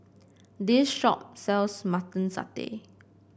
this shop sells Mutton Satay